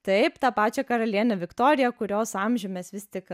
taip tą pačią karalienę viktoriją kurios amžių mes vis tik